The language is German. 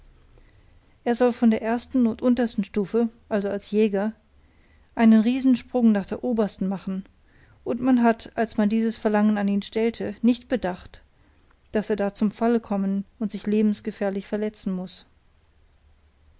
er soll von der ersten und untersten stufe also als jäger einen riesensprung nach der obersten machen und man hat als man dieses verlangen an ihn stellte nicht bedacht daß er da zum falle kommen und sich lebensgefährlich verletzen muß